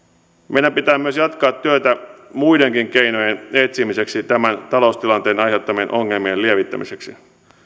meidän pitää myös jatkaa työtä muidenkin keinojen etsimiseksi tämän taloustilanteen aiheuttamien ongelmien lievittämiseksi yksi